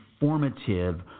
informative